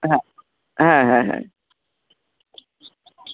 হ্যাঁ হ্যাঁ হ্যাঁ হ্যাঁ